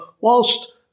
whilst